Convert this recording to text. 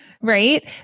right